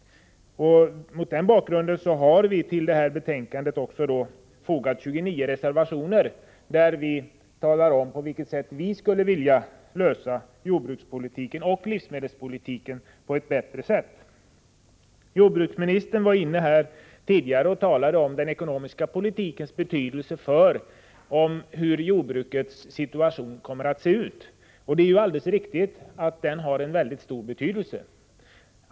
Mot den bakgrunden har vi från centerns sida till betänkandet fogat 29 reservationer, där vi talar om, hur vi skulle vilja utforma jordbrukspolitiken och livsmedelspolitiken på ett bättre sätt. Jordbruksministern talade i sitt anförande om den ekonomiska politikens betydelse för jordbrukets situation. Det är alldeles riktigt att den ekonomiska politiken har en väldigt stor betydelse härvidlag.